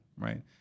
right